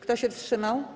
Kto się wstrzymał?